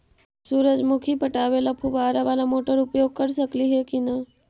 सुरजमुखी पटावे ल फुबारा बाला मोटर उपयोग कर सकली हे की न?